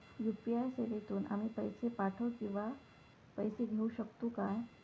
UPI सेवेतून आम्ही पैसे पाठव किंवा पैसे घेऊ शकतू काय?